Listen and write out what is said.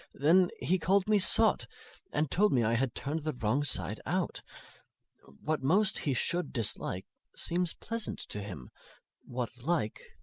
then he call'd me sot and told me i had turn'd the wrong side out what most he should dislike seems pleasant to him what like,